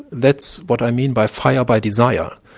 that's what i mean by fire by desire.